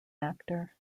actor